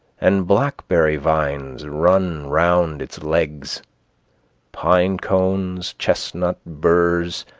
and blackberry vines run round its legs pine cones, chestnut burs,